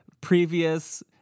previous